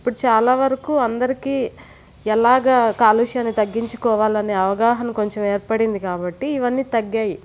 ఇప్పుడు చాలా వరకు అందరికీ ఎలాగ కాలుష్యాన్ని తగ్గించుకోవాలనే అవగాహన కొంచెం ఏర్పడింది కాబట్టి ఇవన్నీ తగ్గాయి